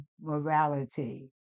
morality